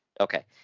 Okay